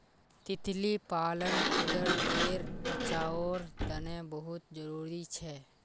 तितली पालन कुदरतेर बचाओर तने बहुत ज़रूरी छे